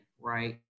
right